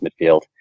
midfield